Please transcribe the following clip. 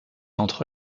entre